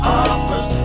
offers